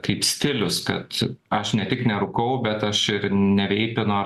kaip stilius kad aš ne tik nerūkau bet aš ir neveipinu